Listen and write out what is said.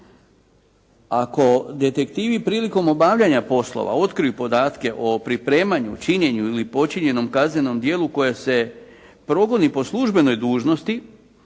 Ako detektivi prilikom obavljanja poslova otkriju podatke o pripremanju, činjenju ili počinjenom kaznenom djelu koje se progoni po službenoj dužnosti,